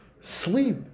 sleep